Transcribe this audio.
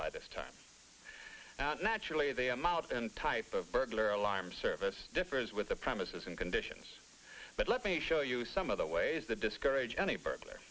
by this time and naturally they amount and type of burglar alarm service differs with the premises and conditions but let me show you some other ways that discourage any burglar